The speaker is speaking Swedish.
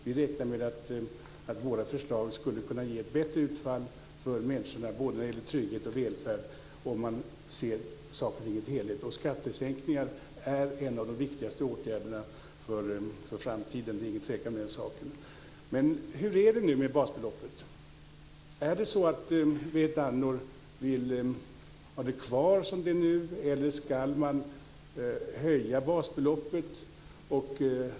Vi räknar med att våra förslag skulle kunna ge ett bättre utfall för människorna när det gäller både trygghet och välfärd, om man ser sakerna som en helhet. Skattesänkningar är en av de viktigaste åtgärderna för framtiden. Det är ingen tvekan om den saken. Hur är det nu med basbeloppet? Är det så att Berit Andnor vill ha det kvar som det är nu, eller ska man höja det?